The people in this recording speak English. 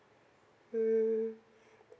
hmm